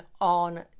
on